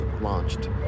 launched